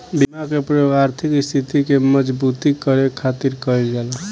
बीमा के प्रयोग आर्थिक स्थिति के मजबूती करे खातिर कईल जाला